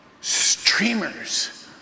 streamers